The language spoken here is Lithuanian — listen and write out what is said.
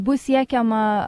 bus siekiama